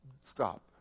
stop